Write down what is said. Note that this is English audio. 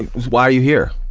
why are you here?